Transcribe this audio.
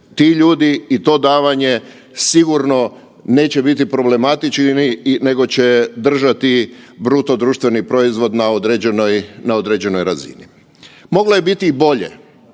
ti ljudi i to davanje sigurno neće biti problematični i nego će držati bruto društveni proizvod na određenoj razini. Moglo je biti i bolje,